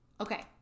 Okay